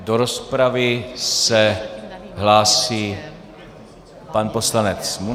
Do rozpravy se hlásí pan poslanec Munzar.